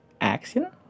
action